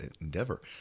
endeavor